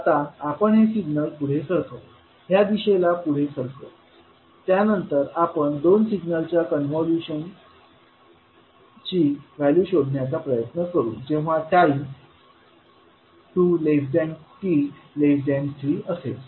आता आपण हे सिग्नल पुढे सरकवू ह्या दिशेला पढे सरकवू त्यानंतर आपण दोन सिग्नलच्या कॉन्व्होल्यूशनची व्हॅल्यू शोधण्याचा प्रयत्न करू जेव्हा टाईम 2t3असेल